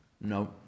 No